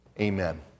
amen